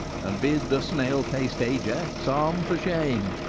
and bid the snail-pac'd ajax arm for shame.